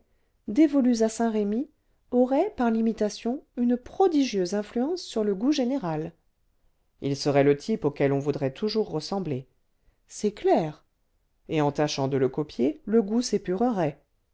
dévolues à saint-remy auraient par l'imitation une prodigieuse influence sur le goût général il serait le type auquel on voudrait toujours ressembler c'est clair et en tâchant de le copier le goût